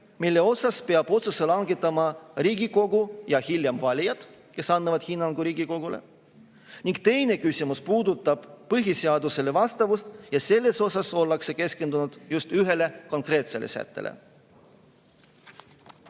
Selle kohta peab otsuse langetama Riigikogu ja hiljem valijad, kes annavad hinnangu Riigikogule. Teine küsimus puudutab põhiseadusele vastavust ja selle puhul ollakse keskendunud ühele konkreetsele sättele.